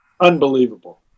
unbelievable